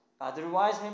Otherwise